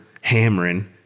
hammering